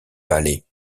palais